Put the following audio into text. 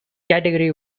category